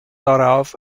darauf